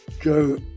Joe